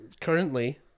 currently